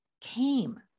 came